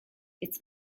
its